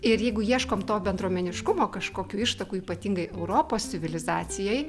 ir jeigu ieškom to bendruomeniškumo kažkokių ištakų ypatingai europos civilizacijoj